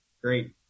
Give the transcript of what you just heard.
great